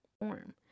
form